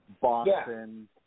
Boston